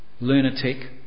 lunatic